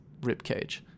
ribcage